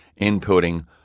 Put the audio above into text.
inputting